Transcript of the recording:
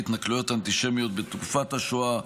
התנכלויות אנטישמיות בתקופת השואה.